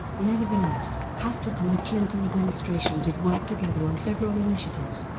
nevertheless, hastert and the clinton administration did work together on several initiatives,